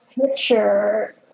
picture